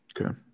Okay